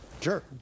sure